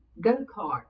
go-kart